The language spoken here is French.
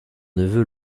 neveu